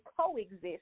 coexist